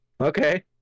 okay